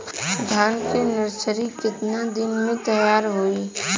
धान के नर्सरी कितना दिन में तैयार होई?